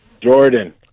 Jordan